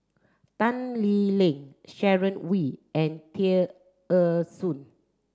Tan Lee Leng Sharon Wee and Tear Ee Soon